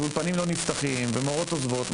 אולפנים לא נפתחים, ומורות עוזבות.